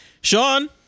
Sean